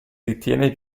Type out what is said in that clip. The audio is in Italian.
ritiene